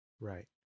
Right